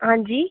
हां जी